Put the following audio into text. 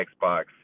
xbox